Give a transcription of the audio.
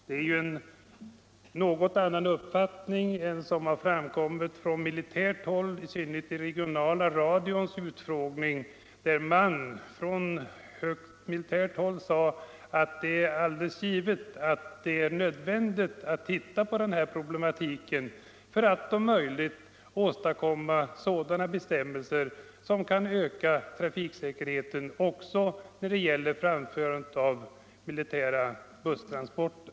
Det är ju en något annan uppfattning än den som har framkommit från militärt håll. Vid den regionala radions utfrågning sade man nämligen från högt militärt håll att det är alldeles nödvändigt att titta på den här problematiken för att om möjligt åstadkomma sådana bestämmelser som kan öka trafiksäkerheten också när det gäller framförande av militära busstransporter.